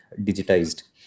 digitized